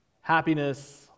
happiness